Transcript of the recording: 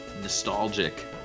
nostalgic